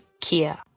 Kia